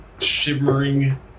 shimmering